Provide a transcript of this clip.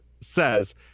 says